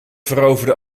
veroverde